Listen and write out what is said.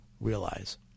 realize